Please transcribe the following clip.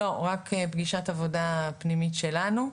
לא, רק פגישת עבודה פנימית שלנו.